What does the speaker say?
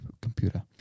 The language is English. computer